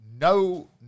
no